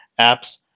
apps